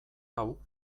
hau